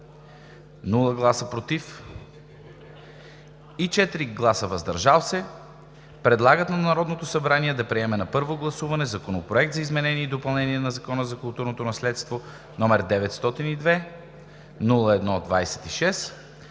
без „против“ и 4 гласа „въздържал се“ предлага на Народното събрание да приеме на първо гласуване Законопроект за изменение и допълнение на Закона за културното наследство, № 902-01-26,